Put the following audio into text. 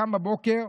קם בבוקר.